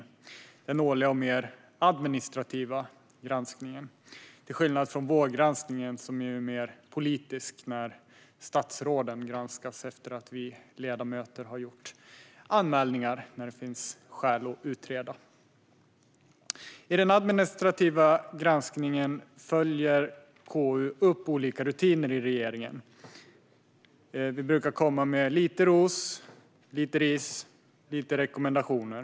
Det är den årliga och mer administrativa granskningen, till skillnad från vårgranskningen som är mer politisk när statsråden granskas efter att vi ledamöter har gjort anmälningar som det finns skäl att utreda. I den administrativa granskningen följer KU upp olika rutiner i regeringen. Vi brukar komma med lite ros, lite ris och lite rekommendationer.